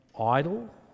idle